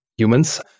humans